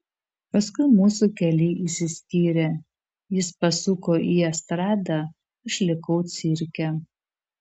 paskui mūsų keliai išsiskyrė jis pasuko į estradą aš likau cirke